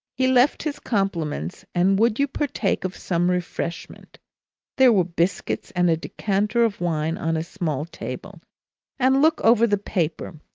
he left his compliments, and would you partake of some refreshment there were biscuits and a decanter of wine on a small table and look over the paper,